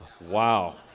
Wow